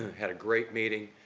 had a great meeting,